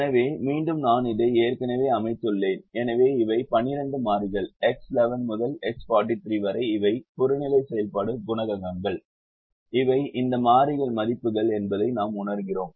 எனவே மீண்டும் நான் இதை ஏற்கனவே அமைத்துள்ளேன் எனவே இவை 12 மாறிகள் X11 முதல் X43 வரை இவை புறநிலை செயல்பாடு குணகங்கள் இவை இந்த மாறிகளின் மதிப்புகள் என்பதை நாம் உணர்கிறோம்